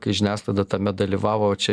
kai žiniasklaida tame dalyvavo čia